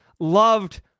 loved